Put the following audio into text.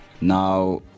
now